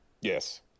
yes